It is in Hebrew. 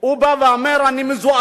הוא בא ואמר: אני מזועזע.